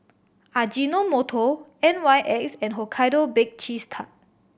Ajinomoto N Y X and Hokkaido Bake Cheese Tart